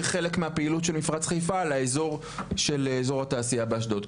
חלק מהפעילות של מפעל חיפה לאזור של אזור התעשייה באשדוד.